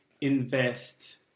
invest